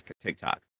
TikTok